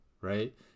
Right